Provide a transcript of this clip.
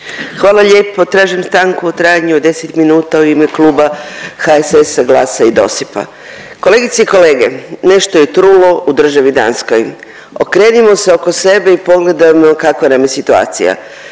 Hvala lijepo, tražim stanku u trajanju od 10 minuta u ime Kluba HSS-a, GLAS-a i DOSIP-a. Kolegice i kolege, nešto je trulo u državi Danskoj, okrenimo se oko sebe i pogledajmo kakva nam je situacija.